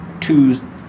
two